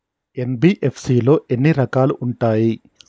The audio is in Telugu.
ఎన్.బి.ఎఫ్.సి లో ఎన్ని రకాలు ఉంటాయి?